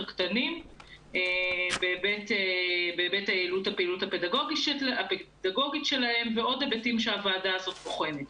קטנים בהיבט היעילות הפעילות הפדגוגית שלהם והיבטים נוספים.